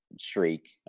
streak